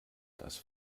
das